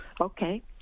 Okay